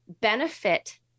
benefit